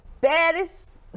baddest